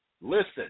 Listen